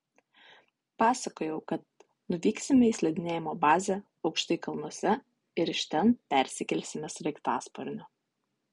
pasakojau kad nuvyksime į slidinėjimo bazę aukštai kalnuose ir iš ten persikelsime sraigtasparniu